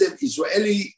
Israeli